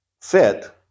fit